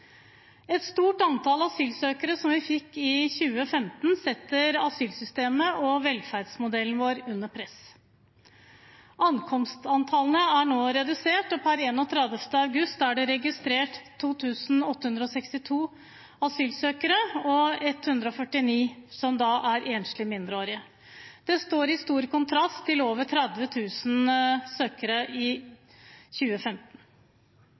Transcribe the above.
Et stort antall asylsøkere, som vi fikk i 2015, setter asylsystemet og velferdsmodellen vår under press. Ankomstantallet er nå redusert, og per 31. august var det registrert 2 862 asylsøkere og 149 enslige mindreårige. Det står i stor kontrast til over 30 000 søkere i 2015.